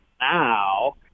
now